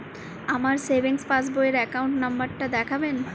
আমার savings passbook র account number টা দেখাবেন?